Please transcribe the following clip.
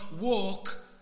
walk